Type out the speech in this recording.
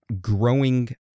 Growing